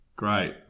Great